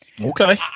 Okay